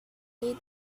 play